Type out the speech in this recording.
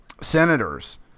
senators